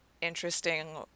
interesting